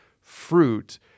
fruit